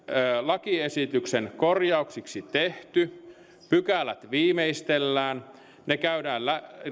lakiesityksen korjauksiksi tehty pykälät viimeistellään ne